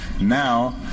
now